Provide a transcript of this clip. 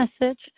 message